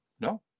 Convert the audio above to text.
No